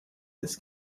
this